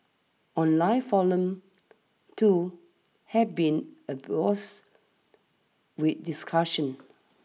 online forums too have been abuzz with discussion